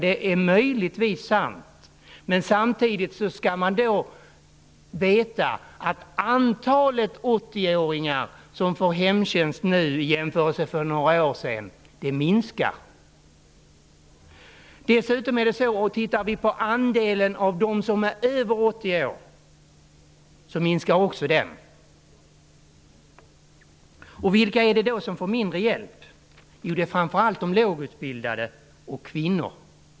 Det är möjligtvis sant, men samtidigt skall man då veta att antalet 80 åringar som får hemtjänst nu minskar, i jämförelse med hur det var för några år sedan, likaså andelen av dem som är över 80 år. Vilka är det då som får mindre hjälp? Jo, framför allt lågutbildade och kvinnor.